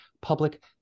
public